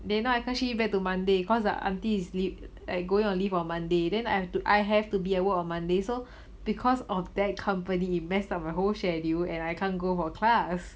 they now I can't shift it back to monday cause the aunty going to live on monday then I have to I have to be a work on monday so because of that company it messed up my whole schedule and I can't go for class